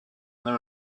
there